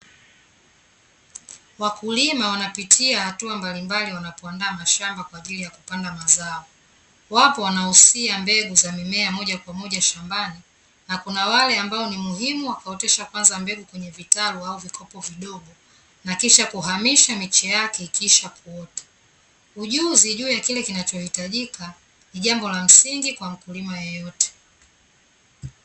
Wakulima wanapitia hatua mbalimbali wanapoandaa mashamba kwa ajili ya kupanda mazao. Wapo wanaosia mbegu za mimea moja kwa moja shambani, na kuna wale ambao ni muhimu wakaotesha kwanza mbegu kwenye vitalu au vikopo vidogo na kisha kuhamisha miche yake ikiisha kuota. Ujuzi juu ya kile kinachohitajika ni jambo la msingi kwa mkulima yeyote.